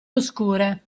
oscure